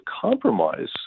compromise